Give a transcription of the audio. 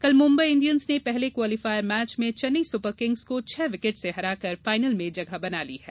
कल मुंबई इंडियंस ने पहले क्वालिफायर मैच में चेन्नई सुपर किंग्स को छह विकेट से हराकर फाइनल में जगह बना ली है